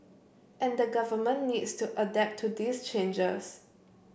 and the Government needs to adapt to these changes